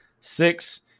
Six